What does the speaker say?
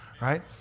Right